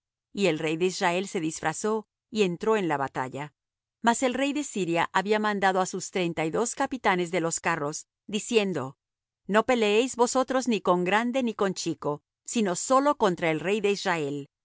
y el rey de israel se disfrazó y entró en la batalla mas el rey de siria había mandado á sus treinta y dos capitanes de los carros diciendo no peleéis vosotros ni con grande ni con chico sino sólo contra el rey de israel